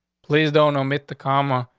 please don't omit the comma.